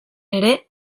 ere